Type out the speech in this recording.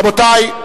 רבותי,